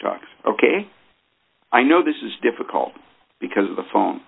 talks ok i know this is difficult because of the phone